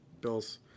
Bills